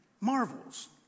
marvels